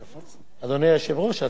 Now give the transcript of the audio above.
אדוני היושב-ראש, הצעת חוק שלך.